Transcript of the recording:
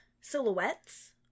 silhouettes